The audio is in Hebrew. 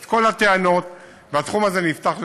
את כל הטענות, והתחום הזה נפתח לתחרות.